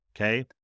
okay